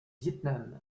vietnam